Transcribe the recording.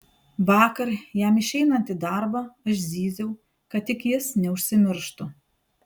vakar jam išeinant į darbą aš zyziau kad tik jis neužsimirštų